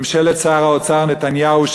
ממשלת שר האוצר נתניהו,